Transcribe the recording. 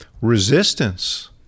resistance